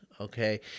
Okay